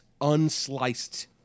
unsliced